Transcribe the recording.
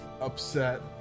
upset